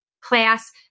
class